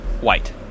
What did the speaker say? White